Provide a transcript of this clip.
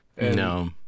no